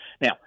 Now